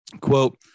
quote